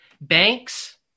banks